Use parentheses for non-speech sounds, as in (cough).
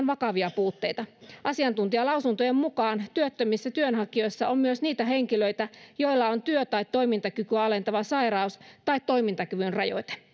(unintelligible) vakavia puutteita asiantuntijalausuntojen mukaan työttömissä työnhakijoissa on myös niitä henkilöitä joilla on työ tai toimintakykyä alentava sairaus tai toimintakyvyn rajoite